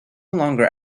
longer